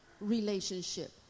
relationship